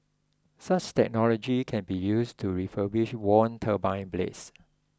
such technology can be used to refurbish worn turbine blades